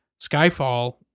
Skyfall